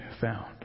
found